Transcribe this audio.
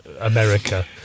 America